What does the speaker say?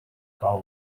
call